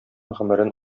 гомерен